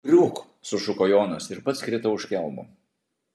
griūk sušuko jonas ir pats krito už kelmo